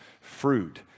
fruit